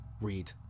read